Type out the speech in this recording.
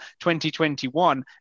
2021